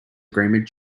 agreement